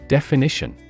Definition